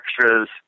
extras